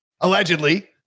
Allegedly